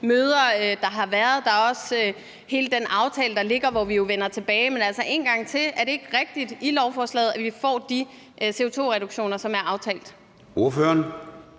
møder, der har været, op. Der ligger jo også hele den aftale, som vi vender tilbage til. Men en gang til: Er det ikke rigtigt, at vi med lovforslaget får de CO2-reduktioner, som er aftalt?